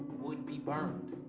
would be burned.